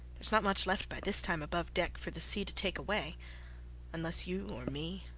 theres not much left by this time above deck for the sea to take away unless you or me.